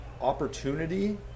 opportunity